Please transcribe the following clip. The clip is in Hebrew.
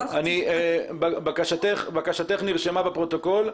בקשתך נרשמה בפרוטוקול.